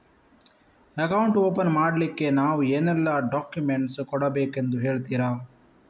Account open ಮಾಡ್ಲಿಕ್ಕೆ ನಾವು ಏನೆಲ್ಲ ಡಾಕ್ಯುಮೆಂಟ್ ಕೊಡಬೇಕೆಂದು ಹೇಳ್ತಿರಾ?